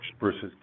versus